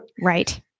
Right